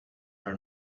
her